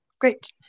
great